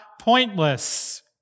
pointless